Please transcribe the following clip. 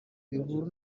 bihuru